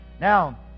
Now